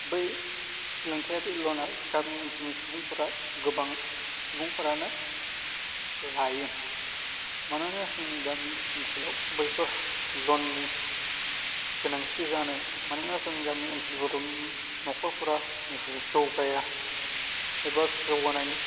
बै सोलोंथाइयारि लन आ गामि ओनसोलनि सुबुंफोरा गोबां सुबुंफोरानो लायो मानोना जोंनि गामि ओनसोलाव बैफोर लन नि गोनांथि जायो मानोना जोंनि गामि ओनसोलफोरनि न'खरफोरा जौगाया एबा जौगानायनि